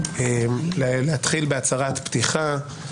רוצה בהצהרת הפתיחה